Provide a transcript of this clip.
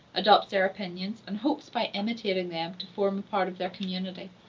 adopts their opinions, and hopes by imitating them to form a part of their community.